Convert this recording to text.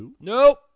Nope